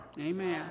Amen